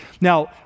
Now